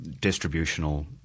distributional